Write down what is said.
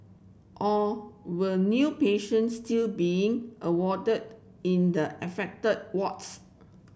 or were new patients still being warded in the affected wards